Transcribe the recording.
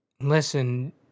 Listen